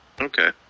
Okay